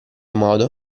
modo